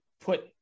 put